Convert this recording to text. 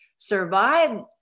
survive